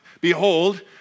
Behold